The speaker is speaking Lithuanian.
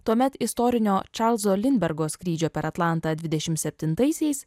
tuomet istorinio čarlzo lindbergo skrydžio per atlantą dvidešim septintaisiais